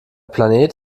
planet